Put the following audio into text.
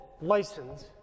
license